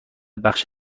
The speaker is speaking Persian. بخش